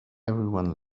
everyone